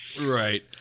Right